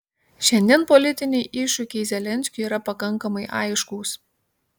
šiandien politiniai iššūkiai zelenskiui yra pakankamai aiškūs